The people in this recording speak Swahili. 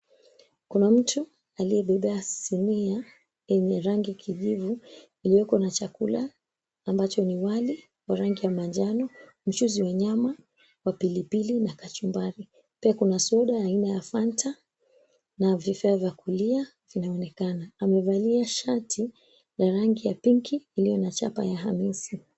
Kuna mtu aliyebeba sinia yenye rangi kijivu iliyoko na chakula ambacho ni wali wa rangi ya manjano, mchuzi wa nyama wa pilipili na kachumbari. Pia kuna soda aina ya fanta na vifaa vya kulia vinaonekana. Amevalia shati ya rangi ya pinki iliyo na chapa ya Hamisi.